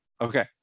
Okay